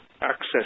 access